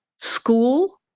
school